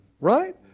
Right